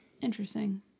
Interesting